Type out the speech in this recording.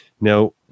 Now